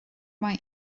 mae